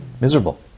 miserable